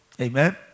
Amen